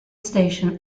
station